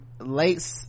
late